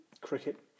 cricket